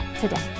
today